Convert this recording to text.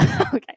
okay